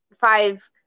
five